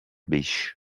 beach